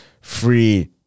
free